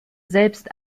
selbst